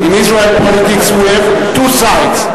In Israeli politics we have two sides,